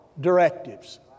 directives